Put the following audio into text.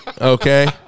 okay